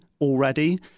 already